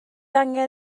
angen